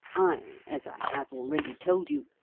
i, as i have already told you,